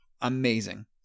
amazing